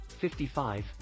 55